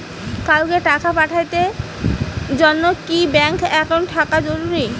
কাউকে টাকা পাঠের জন্যে কি ব্যাংক একাউন্ট থাকা জরুরি?